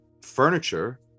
furniture